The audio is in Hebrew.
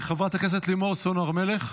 חברת הכנסת לימור סון הר מלך,